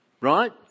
right